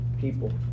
people